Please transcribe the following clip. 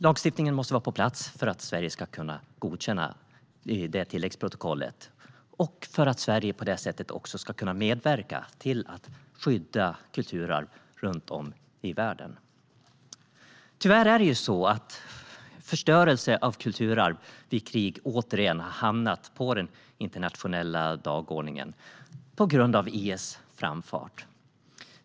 Lagstiftningen måste vara på plats för att Sverige ska kunna godkänna tilläggsprotokollet och på det sättet också medverka till att skydda kulturarv runt om i världen. Tyvärr har förstörelse av kulturarv vid krig återigen hamnat på den internationella dagordningen, på grund av IS framfart.